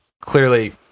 clearly